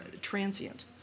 transient